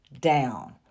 down